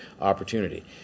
opportunity